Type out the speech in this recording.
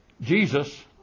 Jesus